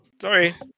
Sorry